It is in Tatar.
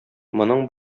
моның